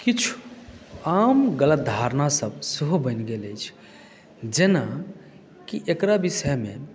किछु आम गलतधारणासभ सेहो बनि गेल अछि जेना कि एकरा विषयमे